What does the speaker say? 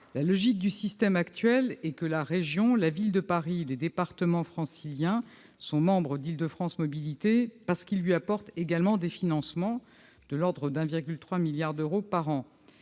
La logique du système actuel est que la région, la Ville de Paris et les départements franciliens sont membres d'Île-de-France Mobilités parce qu'ils lui apportent également des financements, de l'ordre de 1,3 milliard d'euros par an.